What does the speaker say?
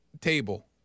table